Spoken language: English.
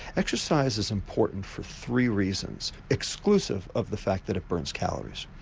exercise is important for three reasons exclusive of the fact that it burns calories.